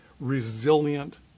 resilient